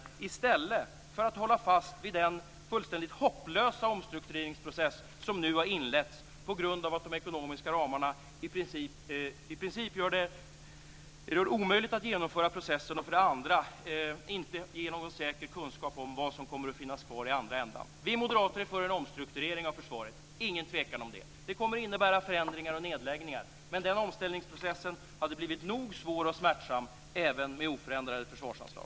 Varför inte göra det, i stället för att hålla fast vid den fullständigt hopplösa omstruktureringsprocess som nu har inletts på grund av att de ekonomiska ramarna i princip gör det omöjligt att genomföra processen och inte ger någon säker kunskap om vad som kommer att finnas kvar i andra ändan. Vi moderater är för en om strukturering av försvaret, ingen tvekan om det. Det kommer att innebära förändringar och nedläggningar. Men den omställningsprocessen hade blivit nog så svår och smärtsam även med oförändrade försvarsanslag.